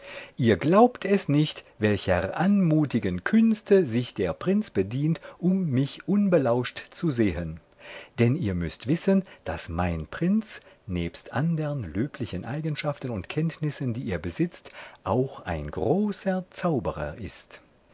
ihr glaubt es nicht welcher anmutigen künste sich der prinz bedient um mich unbelauscht zu sehen denn ihr müßt wissen daß mein prinz nebst andern löblichen eigenschaften und kenntnissen die er besitzt auch ein großer zauberer ist